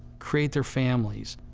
create their families,